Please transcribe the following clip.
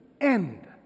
end